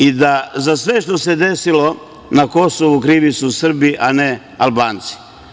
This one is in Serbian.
I da za sve što se desilo na Kosovu krivi su Srbi, a ne Albanci.